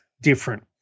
different